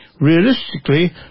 Realistically